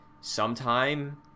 sometime